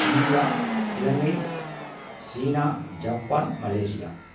India Ilangai சீனா Japan Malaysia